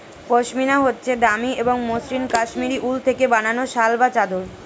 পশমিনা হচ্ছে দামি এবং মসৃন কাশ্মীরি উল থেকে বানানো শাল বা চাদর